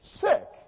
sick